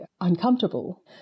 uncomfortable